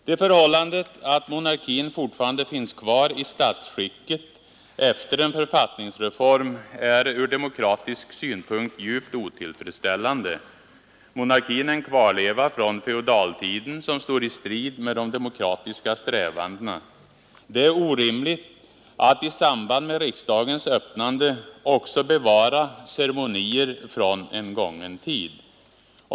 Det förhållandet att monarkin fortfarande finns kvar i statsskicket efter en författningsreform är ur demokratisk synpunkt djupt otillfredsställande. Monarkin är en kvarleva från feodaltiden och står i strid med de demokratiska strävandena. Det är orimligt att i samband med riksdagens öppnande också bevara ceremonier från en gången tid.